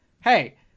Hey